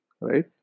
right